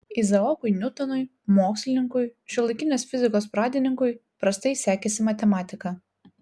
izaokui niutonui mokslininkui šiuolaikinės fizikos pradininkui prastai sekėsi matematika